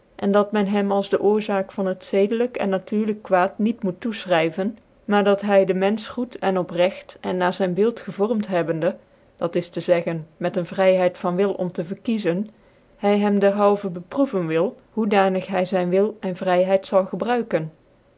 cn dat men hem als e oorzaak van het zedclyk en natuurlyk quaad niet moet toefchryven maar dat hy den menfch goed en oprecht cn na zyn beeld gevormt hebbende dat is te zeggen met een vryheid van wil om te verkiezen hy hem dcrhalven bcprocren wil hoedanig hy zyn wil cn vry heid zal gebruiken